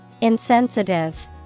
Insensitive